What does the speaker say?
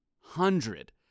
hundred